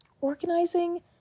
Organizing